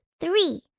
three